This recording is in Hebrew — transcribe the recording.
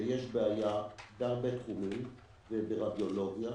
שיש בעיה בהרבה תחומים בין היתר ברדיולוגיה,